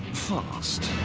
fast.